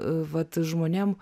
vat žmonėm